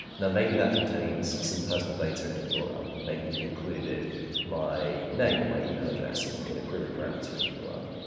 now maybe that contains some personal data in the yeah url. maybe you've included my name or my email address in in a query parameter in the url.